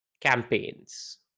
campaigns